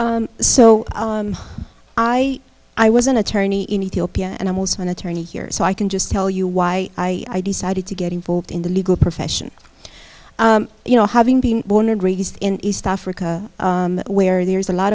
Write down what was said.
so i i was an attorney in ethiopia animals for an attorney here so i can just tell you why i decided to get involved in the legal profession you know having been born and raised in east africa where there's a lot